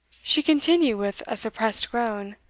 she continued with a suppressed groan,